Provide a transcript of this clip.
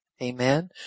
Amen